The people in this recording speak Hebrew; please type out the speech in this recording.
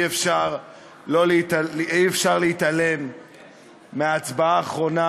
אי-אפשר להתעלם מההצבעה האחרונה,